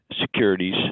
securities